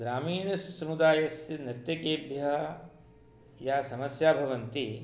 ग्रामीणसमुदायस्य नृत्यकेभ्यः या समस्या भवन्ति